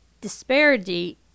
disparity